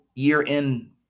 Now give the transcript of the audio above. year-end